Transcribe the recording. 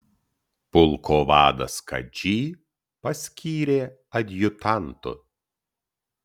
pulko vadas kadžį paskyrė adjutantu